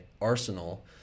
arsenal